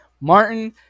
Martin